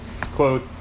Quote